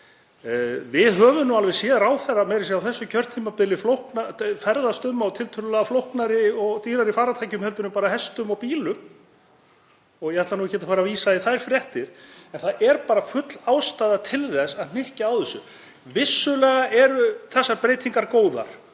Við höfum alveg séð ráðherra, meira að segja á þessu kjörtímabili, ferðast um á tiltölulega flóknari og dýrari farartækjum en bara á hestum og bílum. Ég ætla ekkert að fara að vísa í þær fréttir, en það er bara full ástæða til að hnykkja á þessu. Vissulega eru þessar breytingar góðar